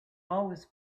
always